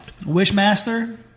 Wishmaster